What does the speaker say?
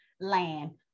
land